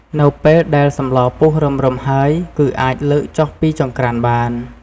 នៅពេលដែលសម្លពុះរឹមៗហើយ គឺអាចលើកចុះពីចង្ក្រានបាន។